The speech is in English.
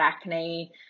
acne